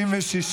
התשפ"ג 2023,